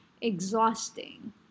exhausting